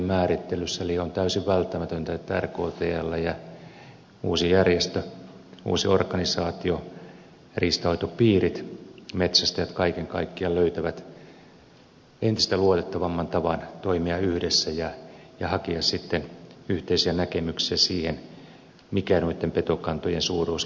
eli on täysin välttämätöntä että rktl ja uusi järjestö uusi organisaatio riistanhoitopiirit metsästäjät kaiken kaikkiaan löytävät entistä luotettavamman tavan toimia yhdessä ja hakea sitten yhteisiä näkemyksiä siitä mikä noitten petokantojen suuruus kaiken kaikkiaan on